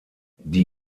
die